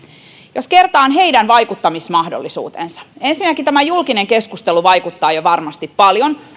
jospa kertaan heidän vaikuttamismahdollisuutensa ensinnäkin tämä julkinen keskustelu vaikuttaa jo varmasti paljon